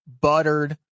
buttered